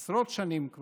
כבר עשרות שנים,